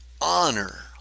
honor